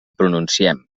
pronunciem